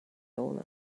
owner